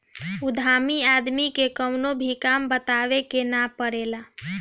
उद्यमी आदमी के कवनो भी काम बतावे के ना पड़ेला